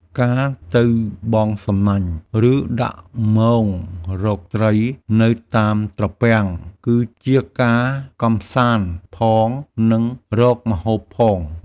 ការទៅបង់សំណាញ់ ឬដាក់មងរកត្រីនៅតាមត្រពាំង ជាការកម្សាន្តផង និងរកម្ហូបផង។